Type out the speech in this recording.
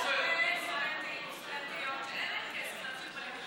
אבל יש הרבה סטודנטים וסטודנטיות שאין להם כסף להתחיל בלימודים.